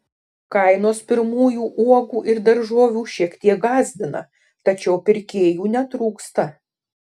kainos pirmųjų uogų ir daržovių šiek tiek gąsdina tačiau pirkėjų netrūksta